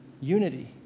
unity